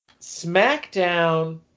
SmackDown